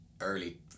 early